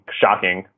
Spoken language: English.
shocking